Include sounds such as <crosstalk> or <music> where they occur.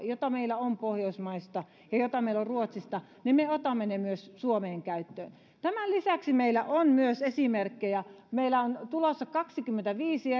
jota meillä on pohjoismaista ja jota meillä on ruotsista ja me otamme ne myös suomeen käyttöön tämän lisäksi meillä on muita esimerkkejä meillä on tulossa kaksikymmentäviisi <unintelligible>